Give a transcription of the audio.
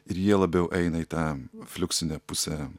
ir jie labiau eina į tą fliuksinę pusę